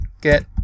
Get